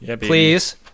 Please